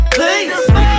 Please